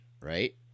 right